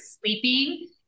sleeping